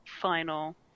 final